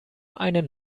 einen